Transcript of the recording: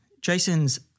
Jason's